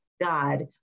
God